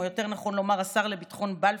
או יותר נכון לומר השר לביטחון בלפור,